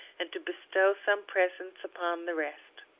and to bestow some presents upon the rest.